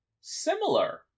similar